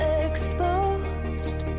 exposed